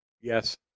Yes